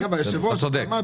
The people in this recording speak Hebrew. אתה צודק.